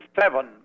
seven